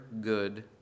good